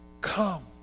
Come